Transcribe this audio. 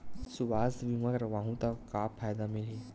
सुवास्थ बीमा करवाहू त का फ़ायदा मिलही?